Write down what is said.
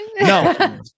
No